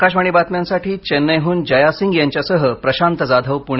आकाशवाणी बातम्यांसाठी चेन्नईहून जयासिंग यांच्यासह प्रशांत जाधव पुणे